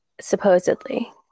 supposedly